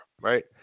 right